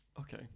Okay